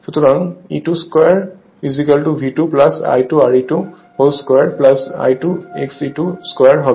সুতরাং E22 V2 I2 Re22 2 হবে